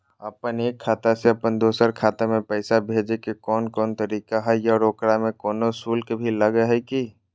अपन एक खाता से अपन दोसर खाता में पैसा भेजे के कौन कौन तरीका है और ओकरा में कोनो शुक्ल भी लगो है की?